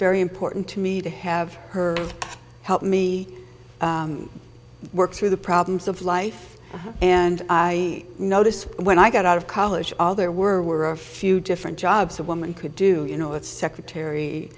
very important to me to have her help me work through the problems of life and i noticed when i got out of college all there were a few different jobs a woman could do you know that secretary